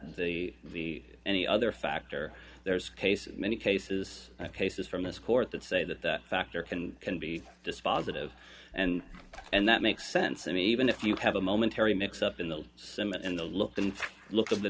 the any other factor there's case in many cases cases from this court that say that that factor can be dispositive and and that makes sense i mean even if you have a momentary mix up in the cement in the look and look of the